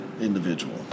individual